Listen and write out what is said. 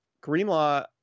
Greenlaw